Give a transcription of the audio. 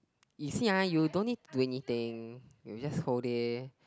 you see ah you don't need to do anything you just whole day